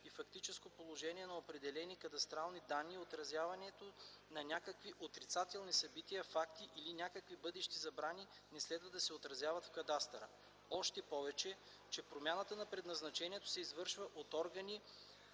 и фактическо положение на определени кадастрални данни и някакви отрицателни събития, факти или някакви бъдещи забрани не следва да се отразяват в кадастъра. Още повече, че промяната на предназначението се извършва от органи,